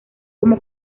como